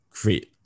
great